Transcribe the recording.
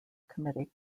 committee